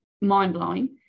mind-blowing